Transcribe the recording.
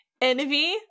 Envy